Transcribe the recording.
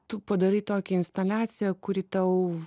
tu padarai tokią instaliaciją kuri tau